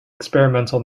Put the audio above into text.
experimental